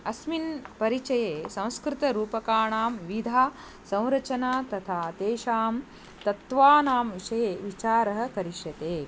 अस्मिन् परिचये संस्कृतरूपकाणां विधानसंरचना तथा तेषां तत्त्वानां विषये विचारः करिष्यते